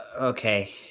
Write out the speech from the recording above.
okay